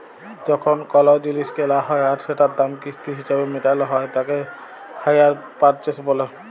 যখল কল জিলিস কেলা হ্যয় আর সেটার দাম কিস্তি হিছাবে মেটাল হ্য়য় তাকে হাইয়ার পারচেস ব্যলে